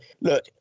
look